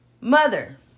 mother